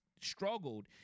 struggled